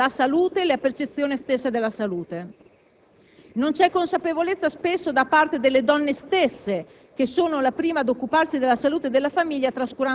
Non c'è rispetto delle differenze di genere e non si tiene conto del fatto che appartenere ad un sesso rispetto ad un altro influenza la salute e la percezione stessa di questa.